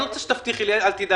אני לא רוצה שתבטיחי לי: אל תדאג,